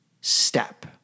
step